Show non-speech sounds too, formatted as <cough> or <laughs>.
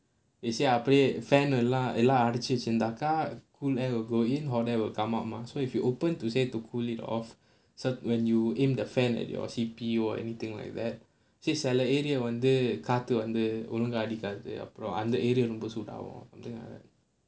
they say அப்போ:appo fan எல்லாம் அடைச்சு வச்சுருந்தாக்க:ellaam adaichchu vachirunthaaka cool air will go in hot air will come out mah so if you open to say to cool it off so when you aim the fan at your C_P_U or anything like that say சில:sila area வந்து காத்து வந்து ஒழுங்கா அடிக்காது அப்புறம் அந்த:vanthu kaathu vanthu ozhunga auram antha area வந்து சூடு ஆகும்:vanthu soodu aagum <laughs>